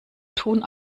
tun